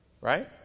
right